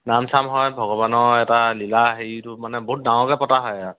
নাম চাম হয় ভগৱানৰ এটা লীলা হেৰিটো মানে বহুত ডাঙৰকৈ পতা হয় আৰু